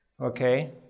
okay